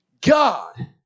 God